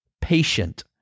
patient